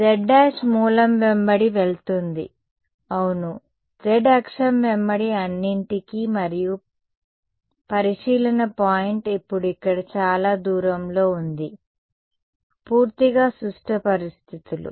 z మూలం వెంబడి వెళ్తుంది అవును z అక్షం వెంబడి అన్నింటికీ మరియు పరిశీలన పాయింట్ ఇప్పుడు ఇక్కడ చాలా దూరంలో ఉంది పూర్తిగా సుష్ట పరిస్థితులు